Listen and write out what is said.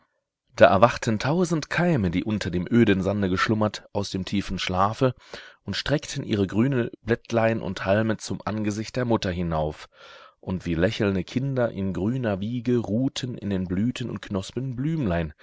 da erwachten tausend keime die unter dem öden sande geschlummert aus dem tiefen schlafe und streckten ihre grüne blättlein und halme zum angesicht der mutter hinauf und wie lächelnde kinder in grüner wiege ruhten in den blüten und knospen blümlein